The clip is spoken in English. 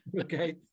Okay